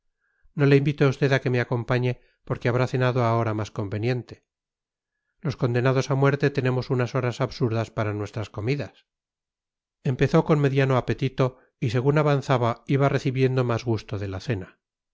no le invito a usted a que me acompañe porque habrá cenado a hora más conveniente los condenados a muerte tenemos unas horas absurdas para nuestras comidas empezó con mediano apetito y según avanzaba iba recibiendo más gusto de la cena